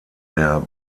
der